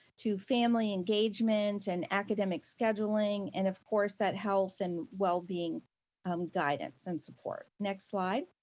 to family engagement and academic scheduling and of course, that health and well being um guidance and support. next slide.